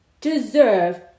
deserve